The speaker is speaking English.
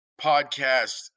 podcast